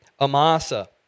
Amasa